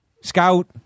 Scout